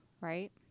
right